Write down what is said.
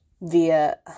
via